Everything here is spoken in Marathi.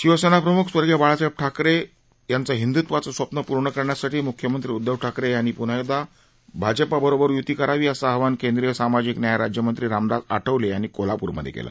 शिवसेना प्रम्ख स्वर्गीय बाळासाहेब ठाकरे यांचं हिंदूत्ववाचं स्वप्न पूर्ण करण्यासाठी मुख्यमंत्री उध्दव ठाकरे यांनी पृन्हा एकदा भारतीय जनता पक्षाबरोबर यृती करावी असं आवाहन केंद्रीय सामाजिक न्याय राज्यमंत्री रामदास आठवले यांनी आज कोल्हाप्रात केलं